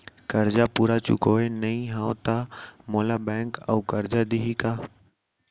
करजा पूरा चुकोय नई हव त मोला बैंक अऊ करजा दिही का?